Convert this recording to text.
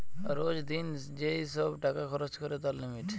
রোজ দিন যেই সব টাকা খরচ করে তার লিমিট